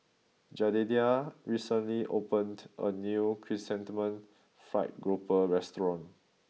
Jedediah recently opened a new Chrysanthemum Fried Grouper restaurant